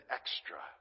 extra